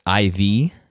IV